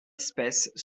espèce